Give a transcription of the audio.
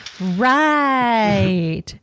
Right